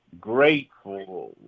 grateful